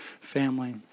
family